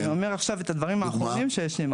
אני אומר עכשיו את הדברים האחרונים שיש לי.